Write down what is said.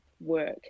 work